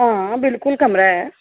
हां बिलकुल कमरा ऐ